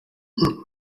ubukungu